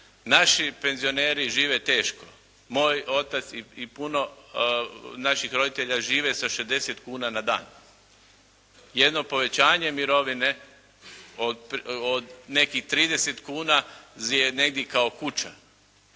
Naši penzioneri žive teško, moj otac i puno naših roditelja žive sa 60 kuna na dan. Jedno povećanje mirovine od nekih 30 kuna, je negdje kao kuća.